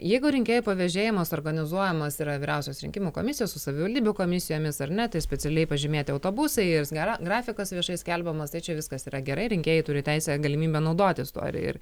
jeigu rinkėjų pavėžėjimas organizuojamas yra vyriausios rinkimų komisijos su savivaldybių komisijomis ar ne tai specialiai pažymėti autobusai ir sgera grafikas viešai skelbiamas tai čia viskas yra gerai rinkėjai turi teisę galimybę naudotis tuo ir ir